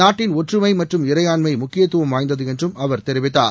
நாட்டின் ஒற்றுமை மற்றும் இறையாண்மை முக்கியத்துவம் வாய்ந்தது என்றும் அவர் கூறினார்